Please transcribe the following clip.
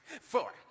four